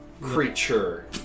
creature